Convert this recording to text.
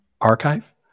archive